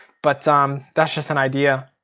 but um that's just an idea.